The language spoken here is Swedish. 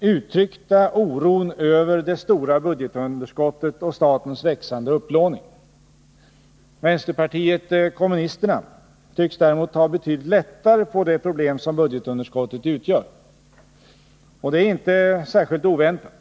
uttryckta oron över det stora budgetunderskottet och statens växande upplåning. Vänsterpartiet kommunisterna tycks däremot ta betydligt lättare på det problem som budgetunderskottet utgör. Och det är inte särskilt oväntat.